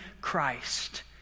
Christ